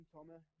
Tommy